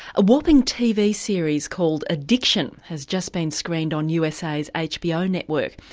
a whopping tv series called addiction has just been screened on usa's hbo network.